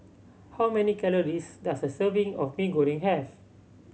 how many calories does a serving of Mee Goreng have